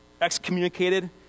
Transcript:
excommunicated